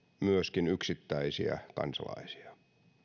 myöskin yksittäisiä kansalaisia me olemme